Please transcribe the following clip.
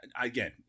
again